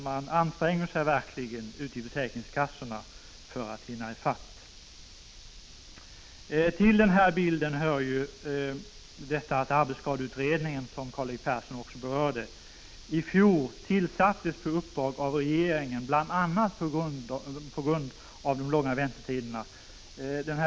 Man anstränger sig verkligen ute i försäkringskassorna för att hinna ifatt. Till bilden hör att arbetsskadeutredningen, som Karl-Erik Persson också berörde, i fjol tillsattes på uppdrag av regeringen, bl.a. på grund av de långa väntetiderna.